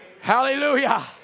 Hallelujah